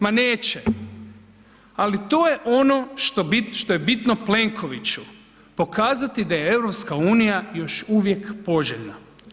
Ma neće, ali to je ono što je bitno Plenkoviću, pokazati da je EU još uvijek poželjna.